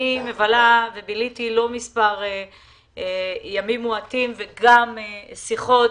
ביליתי מספר ימים לא מועטים בשיחות